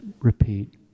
repeat